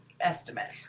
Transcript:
estimate